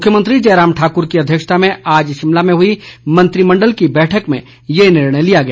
मुख्यमंत्री जयराम ठाकर की अध्यक्षता में आज शिमला में हुई मंत्रिमंडल की बैठक में यह निर्णय लिया गया